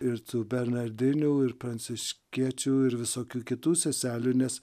ir tų bernardinių ir pranciškiečių ir visokių kitų seselių nes